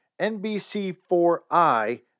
NBC4i